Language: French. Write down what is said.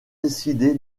décidé